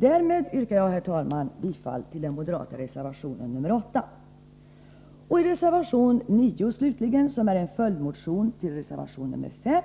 Därmed yrkar jag, herr talman, bifall till den moderata reservationen nr 8. I reservation nr 9, slutligen, som är en följdmotion till reservation nr 5,